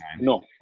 no